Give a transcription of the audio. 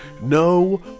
No